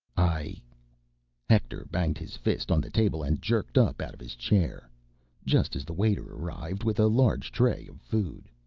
i hector banged his fist on the table and jerked up out of his chair just as the waiter arrived with a large tray of food.